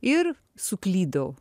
ir suklydau